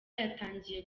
yatangiye